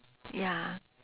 ya